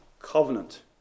Covenant